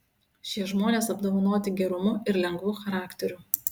šie žmonės apdovanoti gerumu ir lengvu charakteriu